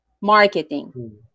marketing